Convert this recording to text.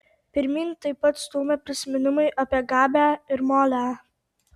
pirmyn taip pat stūmė prisiminimai apie gabę ir molę